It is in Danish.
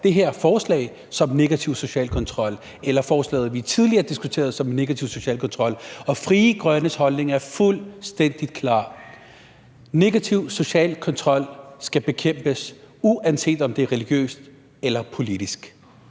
det her forslag som negativ social kontrol, og det gælder også det forslag, vi diskuterede tidligere. Og Frie Grønnes holdning er fuldstændig klar: Negativ social kontrol skal bekæmpes, uanset om den er religiøs eller politisk.